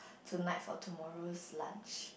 tonight for tomorrows lunch